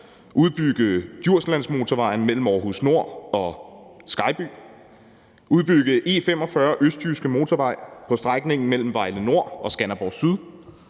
udbygge Djurslandsmotorvejen mellem Aarhus Nord og Skejby, udbygge E45 Østjyske Motorvej på strækningen mellem Vejle Nord og Skanderborg Syd,